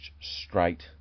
straight